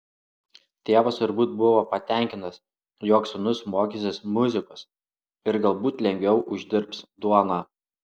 tėvas turbūt buvo patenkintas jog sūnus mokysis muzikos ir galbūt lengviau uždirbs duoną